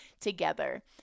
together